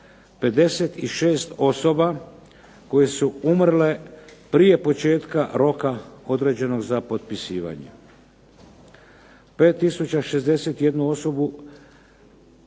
56 osoba koje su umrle prije početka roka određenog za potpisivanje, 5061 osobu